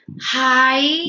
Hi